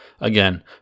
Again